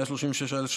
61. סעיף 2ב1(ב)(2)